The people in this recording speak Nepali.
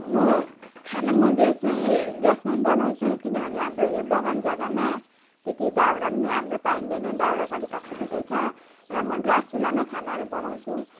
म खाना म ग्यासमै ग्यासमै बनाउँछु किनभने हाम्रो यो बगान जग्गामा त्यति दाउरा पनि नि हाम्रो पाइँदैन दाउरा अलिक असुविधै छ र म ग्यास चुल्हामै खानाहरू बनाउँछु